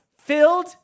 filled